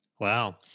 Wow